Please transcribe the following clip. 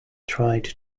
tried